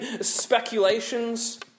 speculations